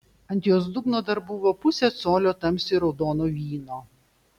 ant jos dugno dar buvo pusė colio tamsiai raudono vyno